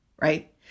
Right